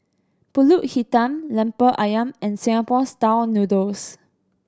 Pulut Hitam Lemper Ayam and Singapore Style Noodles